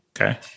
Okay